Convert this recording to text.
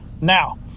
Now